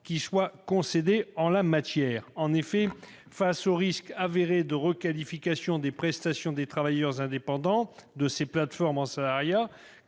qui soit concédé en la matière. En effet, face aux risques attestés de requalification des prestations des travailleurs indépendants de ces plateformes en salariat,